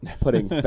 putting